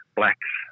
blacks